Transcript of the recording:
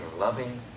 loving